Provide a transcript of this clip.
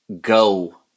go